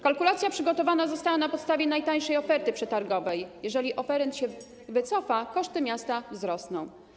Kalkulacja przygotowana została na podstawie najtańszej oferty przetargowej, jeżeli oferent się wycofa, koszty miasta wzrosną.